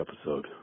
episode